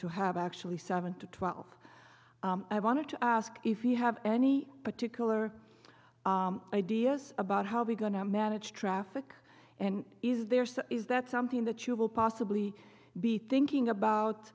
to have actually seven to twelve i wanted to ask if you have any particular ideas about how we going to manage traffic and is there some is that something that you will possibly be thinking about